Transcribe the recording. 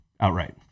outright